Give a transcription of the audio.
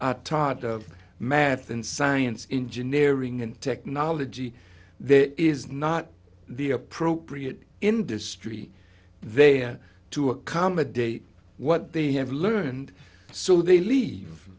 are taught of math and science engineering and technology there is not the appropriate industry there to accommodate what they have learned so they leave